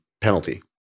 penalty